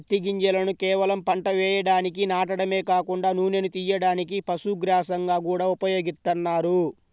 పత్తి గింజలను కేవలం పంట వేయడానికి నాటడమే కాకుండా నూనెను తియ్యడానికి, పశుగ్రాసంగా గూడా ఉపయోగిత్తన్నారు